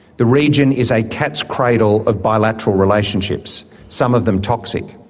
the region is a cat's cradle of bilateral relationships, some of them toxic.